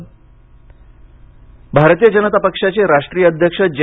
भाजपा भारतीय जनता पक्षाचे राष्ट्रीय अध्यक्ष जे